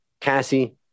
Cassie